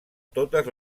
totes